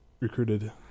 recruited